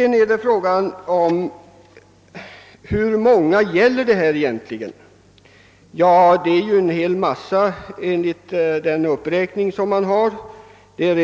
En annan fråga är hur många det egentligen gäller. Enligt den uppräkning som görs rör det sig om en stor mängd. Det gäller